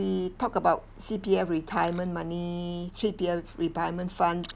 we talk about C_P_F retirement money C_P_F retirement fund